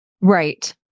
Right